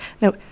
Now